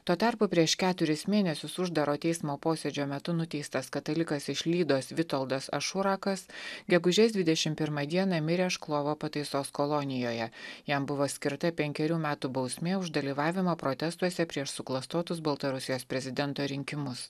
tuo tarpu prieš keturis mėnesius uždaro teismo posėdžio metu nuteistas katalikas iš lydos vitoldas ašurakas gegužės dvidešimt pirmą dieną mirė škvolo pataisos kolonijoje jam buvo skirta penkerių metų bausmė už dalyvavimą protestuose prieš suklastotus baltarusijos prezidento rinkimus